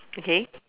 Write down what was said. okay